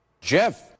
Jeff